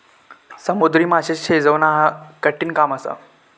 समुद्री माशे शिजवणा ह्या कठिण काम असा